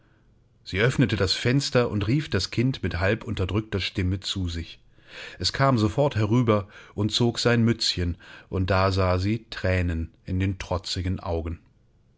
sie öffnete das fenster und rief das kind mit halb unterdrückter stimme zu sich es kam sofort herüber und zog sein mützchen und da sah sie thränen in den trotzigen augen